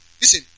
listen